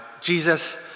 Jesus